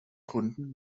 gründen